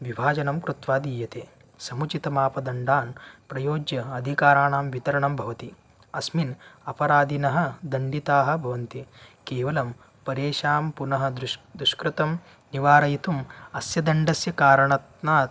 विभाजनं कृत्वा दीयते समुचितमापदण्डान् प्रयोज्य अधिकाराणां वितरणं भवति अस्मिन् अपराधिनः दण्डिताः भवन्ति केवलं परेषां पुनः दृश् दुष्कृतं निवारयितुम् अस्य दण्डस्य कारणात् णात्